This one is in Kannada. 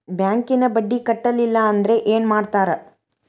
ಬ್ಯಾಂಕಿನ ಬಡ್ಡಿ ಕಟ್ಟಲಿಲ್ಲ ಅಂದ್ರೆ ಏನ್ ಮಾಡ್ತಾರ?